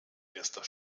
erster